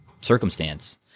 circumstance